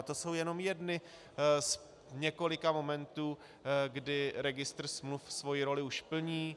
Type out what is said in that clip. A to jsou jenom jedny z několika momentů, kdy registr smluv svoji roli už plní.